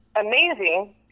amazing